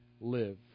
live